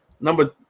Number